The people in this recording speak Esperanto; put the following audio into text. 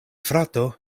frato